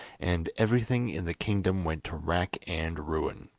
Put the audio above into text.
and everything in the kingdom went to rack and ruin.